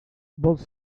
vols